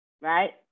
right